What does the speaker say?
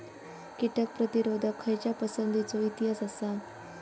कीटक प्रतिरोधक खयच्या पसंतीचो इतिहास आसा?